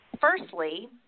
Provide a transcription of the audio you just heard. firstly